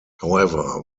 however